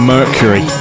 Mercury